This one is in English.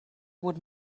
what